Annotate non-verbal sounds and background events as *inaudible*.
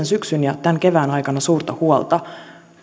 *unintelligible* syksyn ja tämän kevään aikana suurta huolta